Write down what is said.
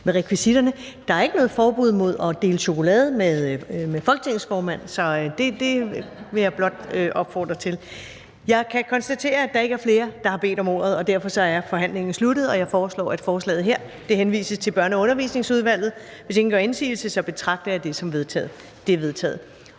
Der er ikke noget forbud mod at dele chokolade med Folketingets formand. Så det vil jeg blot opfordre til. Jeg kan konstatere, at der ikke er flere, der har bedt om ordet, og derfor er forhandlingen sluttet. Jeg foreslår, at forslaget til folketingsbeslutning henvises til Børne- og Undervisningsudvalget. Hvis ingen gør indsigelse, betragter jeg det som vedtaget.